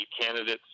candidates